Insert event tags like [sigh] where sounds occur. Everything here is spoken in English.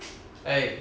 [noise] eh